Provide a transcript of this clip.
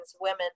women